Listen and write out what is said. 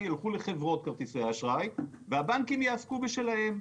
ייחסמו משימוש בכרטיס שלושה חודשים בשנה.